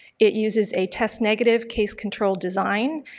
it uses a test negative case controlled design,